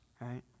right